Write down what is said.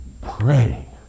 Pray